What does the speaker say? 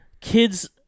Kids